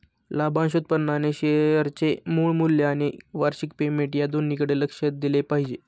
लाभांश उत्पन्नाने शेअरचे मूळ मूल्य आणि वार्षिक पेमेंट या दोन्हीकडे लक्ष दिले पाहिजे